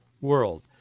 world